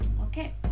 Okay